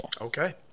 okay